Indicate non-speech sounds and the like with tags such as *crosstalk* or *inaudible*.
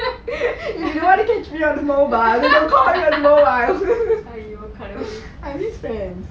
*laughs*